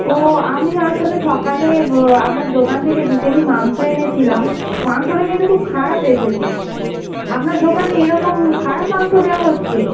ও আমি আসলে সকালে আপনার দোকান থেকে দু কেজি মাংস এনেছিলাম মাংসটা কিন্তু খুব খারাপ এসেছে আপনার দোকানে এরকম খারাপ মাংস দেওয়া হচ্ছে